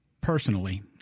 personally